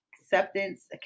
Acceptance